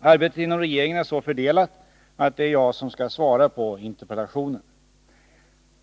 Arbetet inom regeringen är så fördelat att det är jag som skall svara på interpellationen.